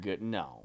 No